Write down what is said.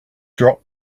drop